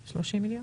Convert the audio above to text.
רגע,